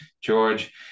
George